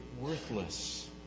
worthless